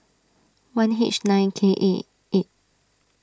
one H nine K A eight